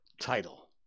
title